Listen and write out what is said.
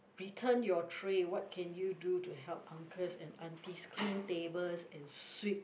return your tray what can you do to help uncles and aunties clean tables and sweep